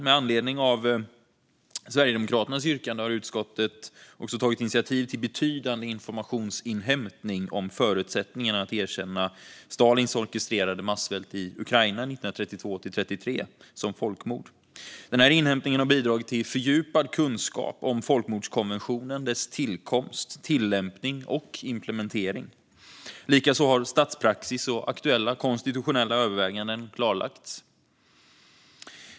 Med anledning av Sverigedemokraternas yrkande har utskottet också tagit initiativ till betydande informationsinhämtning om förutsättningarna att erkänna Stalins orkestrerade massvält i Ukraina 1932-33 som folkmord. Inhämtningen har bidragit till fördjupad kunskap om folkmordskonventionen och dess tillkomst, tillämpning och implementering. Likaså har statspraxis och aktuella konstitutionella överväganden klarlagts.